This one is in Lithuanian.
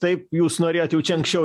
taip jūs norėjot jau čia anksčiau